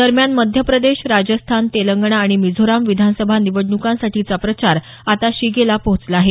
दरम्यान मध्यप्रदेश राजस्थान तेलंगणा आणि मिझोराम विधानसभा निवडण्कांसाठीचा प्रचार आता शिगेला पोहोचला आहे